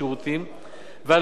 ועל כל הצרכנים במשק,